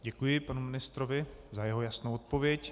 Děkuji panu ministrovi za jeho jasnou odpověď.